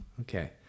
Okay